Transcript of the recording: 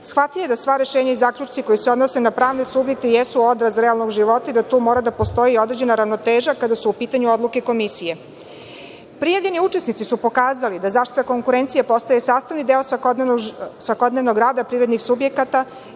Shvatio je da sva rešenja i zaključci koji se odnose na pravne subjekte jesu odraz realnog života i da tu mora da postoji određena ravnoteža kada su u pitanju odluke Komisije. Prijavljeni učesnici su pokazali da zaštita konkurencije postaje sastavni deo svakodnevnog rada privrednih subjekata